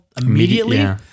immediately